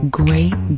great